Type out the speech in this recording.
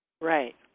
Right